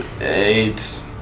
Eight